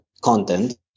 content